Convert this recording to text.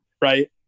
right